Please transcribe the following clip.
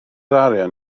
arian